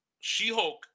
She-Hulk